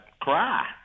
cry